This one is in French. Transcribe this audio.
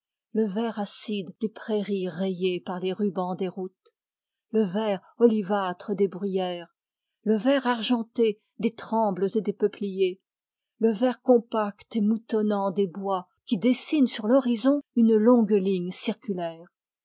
le vert acide des prairies rayées par les rubans des routes le vert olivâtre des bruyères le vert argenté des trembles et des peupliers le vert compact et moutonnant des bois qui dessinent sur l'horizon une longue ligne circulaire